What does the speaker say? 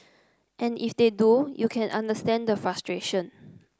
and if they do you can understand the frustration